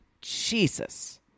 Jesus